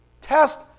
Test